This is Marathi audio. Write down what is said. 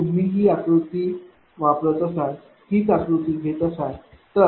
जर तुम्ही ही आकृती वापरत असाल हीच आकृती घेत असाल तर